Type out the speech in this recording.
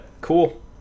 cool